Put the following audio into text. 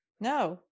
no